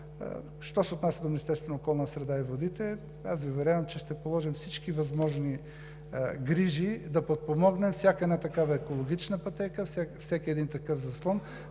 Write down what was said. на околната среда и водите, аз Ви уверявам, че ще положим всички възможни грижи да подпомогнем всяка една такава екологична пътека, всеки един такъв заслон,